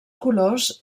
colors